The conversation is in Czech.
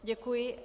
Děkuji.